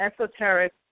esoteric